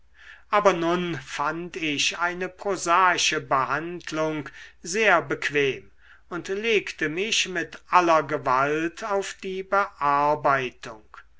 aber nun fand ich eine prosaische behandlung sehr bequem und legte mich mit aller gewalt auf die bearbeitung